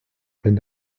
wenn